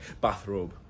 bathrobe